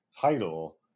title